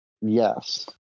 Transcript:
Yes